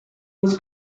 was